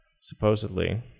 Supposedly